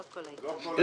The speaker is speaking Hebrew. לא כולם.